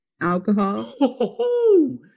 alcohol